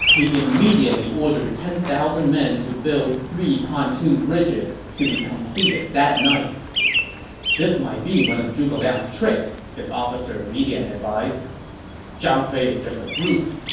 he immediately ordered ten thousand troops to build three pontoon bridges, to be completed that night this might be one of zhuge liang's tricks, his officer li dian advised zhang fei is just a brute.